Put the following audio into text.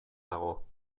dago